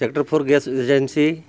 sector for gas agency